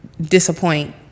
disappoint